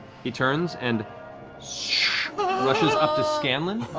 he turns and rushes up to scanlan.